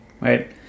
right